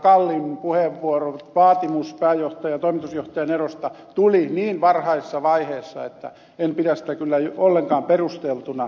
kallin puheenvuoron vaatimus toimitusjohtajan erosta tuli niin varhaisessa vaiheessa että en pidä sitä kyllä ollenkaan perusteltuna